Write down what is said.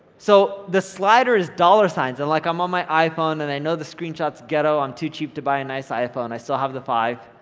so the slider is dollar signs and like i'm on my iphone and i know the screenshots ghetto, i'm too cheap to buy a nice iphone, i still have the five